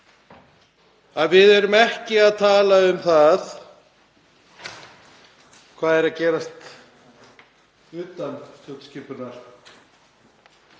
við erum ekki að tala um það hvað er að gerast utan stjórnskipunar